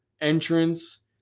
entrance